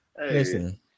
Listen